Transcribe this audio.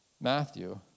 Matthew